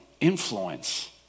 influence